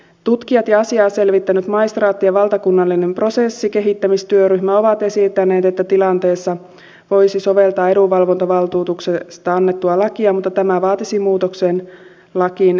tutkijat ja asiaa selvittänyt maistraattien valtakunnallinen prosessikehittämistyöryhmä ovat esittäneet että tilanteessa voisi soveltaa edunvalvontavaltuutuksesta annettua lakia mutta tämä vaatisi muutoksen lakiin edunvalvontavaltuutuksesta